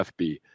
FB